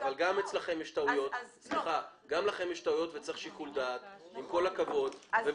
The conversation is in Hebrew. עם כל הכבוד, גם אצלכם יש טעויות.